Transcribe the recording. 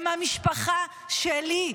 הם משפחה שלי,